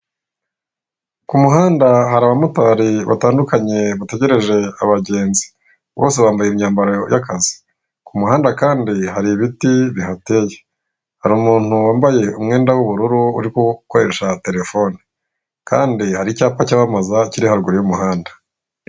Ku muhanda hari abamotari batandukanye bategereje abagenzi. Bose bambaye imyambaro y'akazi, ku muhanda kandi hari ibiti bihateye. Hari umuntu wambaye umwenda w'ubururu uri gukoresha telefone. Kandi hari icyapa cyamamaza kiri haruguru y'umuhanda.